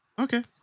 Okay